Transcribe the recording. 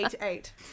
Eight